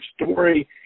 story